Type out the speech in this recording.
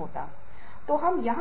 बिता रहा है